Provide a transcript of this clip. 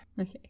Okay